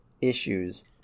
issues